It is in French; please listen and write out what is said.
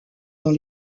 dans